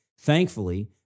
Thankfully